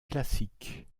classique